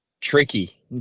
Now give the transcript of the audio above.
tricky